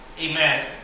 Amen